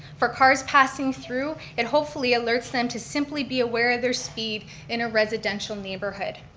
for cars passing through, it hopefully alerts them to simply be aware of their speed in a residential neighborhood.